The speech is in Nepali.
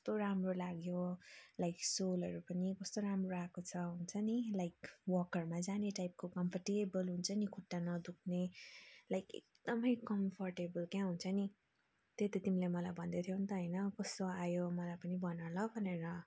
कस्तो राम्रो लाग्यो लाइक सोलहरू पनि कस्तो राम्रो आएको छ हुन्छ नि लाइक वकहरूमा जाने टाइपको कम्फोर्टेबल हुन्छ नि खुट्टा नदुख्ने लाइक एकदमै कम्फोर्टेबल क्या हुन्छ नि त्यही त तिमीले मलाई भन्दै थियौ नि त होइन कस्तो आयो मलाई पनि भन ल भनेर